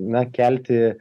na kelti